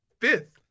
fifth